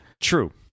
true